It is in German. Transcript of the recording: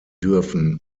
dürfen